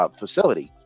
facility